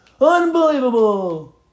Unbelievable